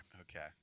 Okay